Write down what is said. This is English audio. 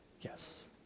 Yes